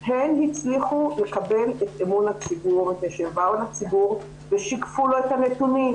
הן הצליחו לקבל את אמון הציבור מפני שהן שיקפו לציבור את הנתונים.